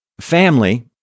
family